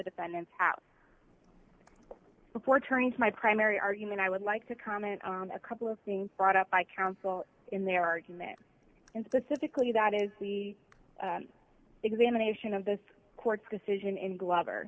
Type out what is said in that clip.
defendants have before turning to my primary argument i would like to comment on a couple of things brought up by counsel in their argument and specifically that is the examination of this court's decision in glover